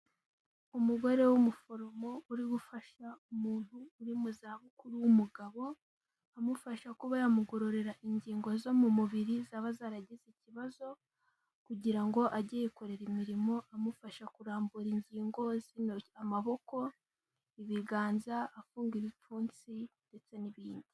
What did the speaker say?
Umugore w'umuforomo uri gufasha umuntu uri mu za bukuru w'umugabo, amufasha kuba yamugororera ingingo zo mu mubiri zaba zaragize ikibazo, kugira ngo ajye yikorera imirimo, amufasha kurambura ingingo zirimo: amaboko, ibiganza, afunga ibipfunsi ndetse n'ibindi.